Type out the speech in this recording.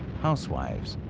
housewives,